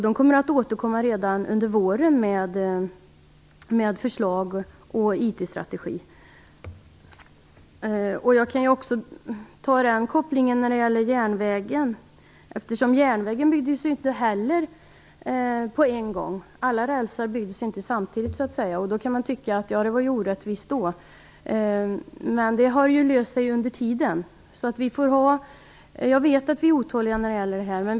Regeringen kommer redan under våren att återkomma med förslag och IT Jag kan göra en annan koppling till järnvägen. Järnvägen byggdes inte heller ut på en gång. Man kan ju tycka att det var orättvist då, men det har ju löst sig med tiden. Jag vet att människor är otåliga nu när det gäller denna utbyggnad.